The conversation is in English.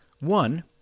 One